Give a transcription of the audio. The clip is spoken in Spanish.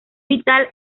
vital